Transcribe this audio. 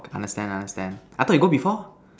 okay understand understand I thought you go before